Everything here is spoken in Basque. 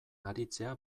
aritzea